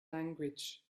language